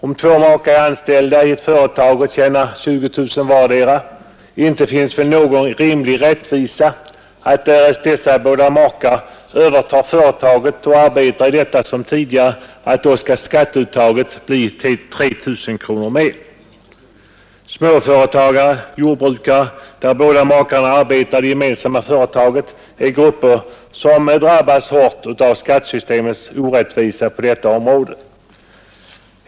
Om två makar är anställda i ett företag och tjänar 20 000 vardera, är det väl inte rimligt att, därest dessa båda makar övertar företaget och arbetar i detta som tidigare, skatteuttaget skall bli omkring 3 000 kronor mer. samma företaget, är grupper som drabbas hårt av skattesystemets orättvisa på detta område.